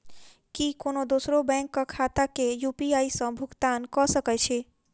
की कोनो दोसरो बैंक कऽ खाता मे यु.पी.आई सऽ भुगतान कऽ सकय छी?